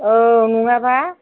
औ नङाबा